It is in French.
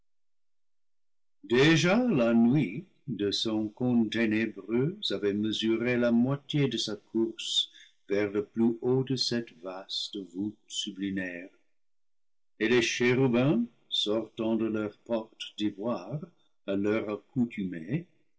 déjà la nuit de son cône ténébreux avait mesuré la moitié de sa course vers le plus haut de celte vaste voûte sublunaire et les chérubins sortant de leur porte d'ivoire à l'heure